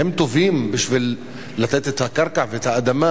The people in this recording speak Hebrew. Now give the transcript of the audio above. הם טובים בשביל לתת את הקרקע ואת האדמה